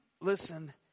listen